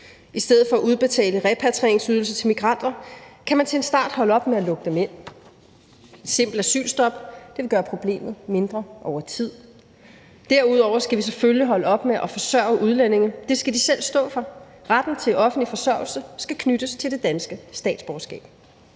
I stedet for at udbetale repatrieringsydelse til migranter kan man til en start holde op med at lukke dem ind – simpelt asylstop vil gøre problemet mindre over tid. Derudover skal vi selvfølgelig holde op med af forsørge udlændinge, det skal de selv stå for. Retten til offentlig forsørgelse skal knyttes til det danske statsborgerskab.